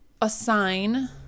assign